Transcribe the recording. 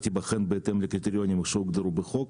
היא תיבחן בהתאם לקריטריונים שהוגדרו בחוק,